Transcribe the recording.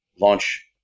launch